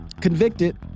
convicted